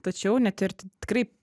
tačiau net ir ti tikrai